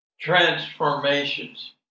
Transformations